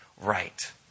right